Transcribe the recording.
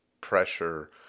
pressure